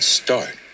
start